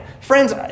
friends